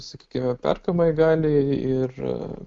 sakykime perkamajai galiai ir